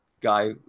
guy